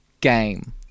game